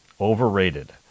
Overrated